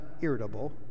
irritable